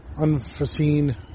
unforeseen